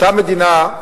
אותה מדינה,